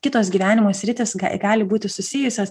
kitos gyvenimo sritys gali būti susijusios